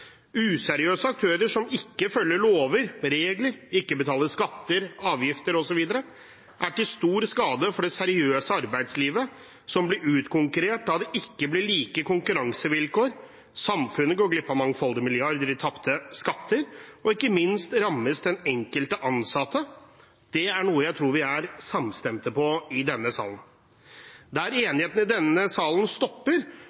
Useriøse aktører, som ikke følger lover, regler, som ikke betaler skatter, avgifter osv., er til stor skade for det seriøse arbeidslivet, som blir utkonkurrert, da det ikke blir like konkurransevilkår. Samfunnet går glipp av mangfoldige milliarder i tapte skatteinntekter. Ikke minst rammes den enkelte ansatte. Det er noe jeg tror vi er samstemte om i denne salen. Der